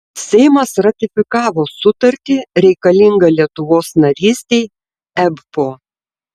seimas ratifikavo sutartį reikalingą lietuvos narystei ebpo